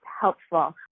helpful